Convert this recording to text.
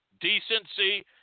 decency